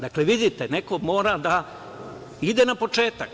Dakle, vidite, neko mora da ide na početak.